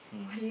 mm